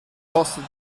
kostet